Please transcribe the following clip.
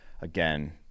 Again